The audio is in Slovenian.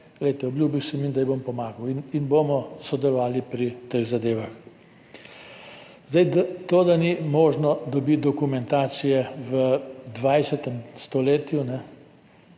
obljubil sem ji, da ji bom pomagal in bomo sodelovali pri teh zadevah. To, da ni možno dobiti dokumentacije v 20. stoletju,